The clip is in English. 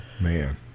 man